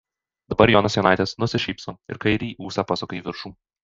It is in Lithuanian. dabar jonas jonaitis nusišypso ir kairįjį ūsą pasuka į viršų